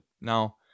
now